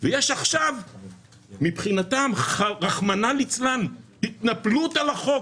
ויש עכשיו מבחינתם רחמנא ליצלן התנפלות על החוק,